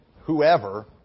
whoever